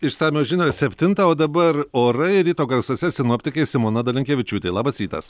išsamios žinios septintą o dabar orai ryto garsuose sinoptikai simona dalinkevičiūtė labas rytas